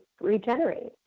regenerate